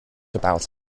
about